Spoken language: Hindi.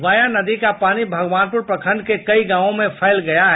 वाया नदी का पानी भगवानपुर प्रखंड के कई गांवो में फैल गया है